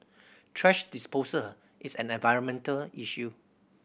thrash disposal is an environmental issue